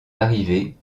arrivée